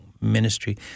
ministry